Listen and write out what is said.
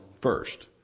first